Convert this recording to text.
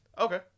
Okay